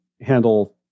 handle